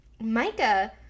Micah